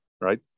Right